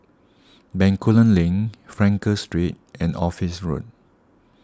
Bencoolen Link Frankel Street and Office Road